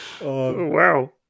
Wow